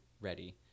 ready